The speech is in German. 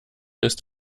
ist